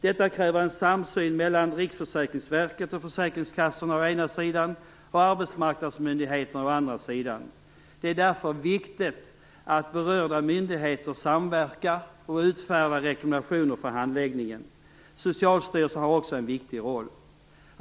Detta kräver en samsyn mellan Riksförsäkringsverket och försäkringskassorna å ena sidan och mellan arbetsmarknadsmyndigheterna å andra sidan. Det är därför viktigt att berörda myndigheter samverkar och utfärdar rekommendationer för handläggningen. Här har också Socialstyrelsen en viktig roll.